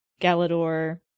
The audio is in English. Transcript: Galador